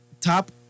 top